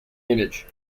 image